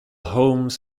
homes